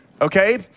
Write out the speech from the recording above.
Okay